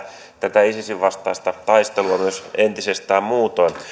tätä isisin vastaista taistelua myös entisestään muutoin